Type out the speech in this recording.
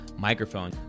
microphone